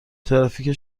ترافیک